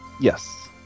yes